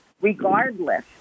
regardless